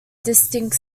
distinct